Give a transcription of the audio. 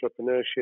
entrepreneurship